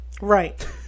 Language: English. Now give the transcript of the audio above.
Right